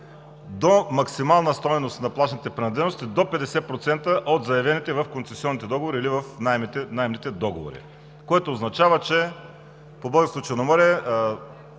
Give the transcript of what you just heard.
до максимална стойност на плажните принадлежности – до 50% от заявените в концесионните договори или в наемните договори, което означава, че по Българското Черноморие